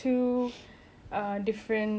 so there's like a student council and student leader